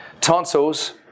tonsils